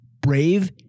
brave